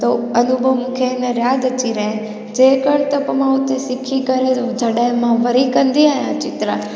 त अनुभव मूंखे न यादि अची रहियो जे कर त मां हुते सिखी करे जॾहिं मां वरी कंदी आहियां चित्र